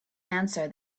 answer